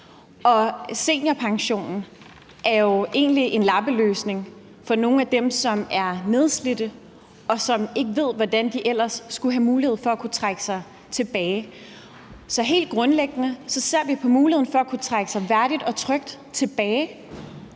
Seniorpensionen er jo egentlig en lappeløsning for nogle af dem, som er nedslidte, og som ikke ved, hvordan de ellers skulle have mulighed for at kunne trække sig tilbage. Så helt grundlæggende ser vi på muligheden for at kunne trække sig værdigt og trygt tilbage,